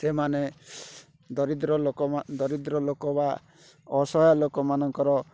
ସେମାନେ ଦରିଦ୍ର ଲୋକ ଦରିଦ୍ର ଲୋକ ବା ଅସହାୟ ଲୋକମାନଙ୍କର